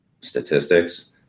statistics